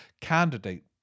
Candidate